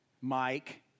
Mike